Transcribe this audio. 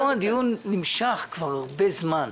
פה הדיון נמשך כבר זמן רב,